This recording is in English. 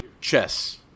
chess